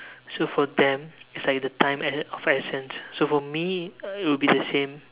so for them it's like the time is of essence so for me uh it would be the same